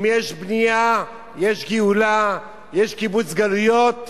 אם יש בנייה יש גאולה, יש קיבוץ גלויות,